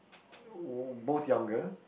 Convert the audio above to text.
both younger